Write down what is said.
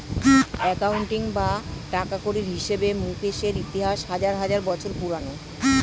accounting বা টাকাকড়ির হিসেবে মুকেশের ইতিহাস হাজার হাজার বছর পুরোনো